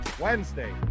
Wednesday